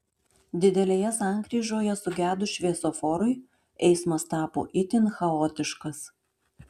didelėje sankryžoje sugedus šviesoforui eismas tapo itin chaotiškas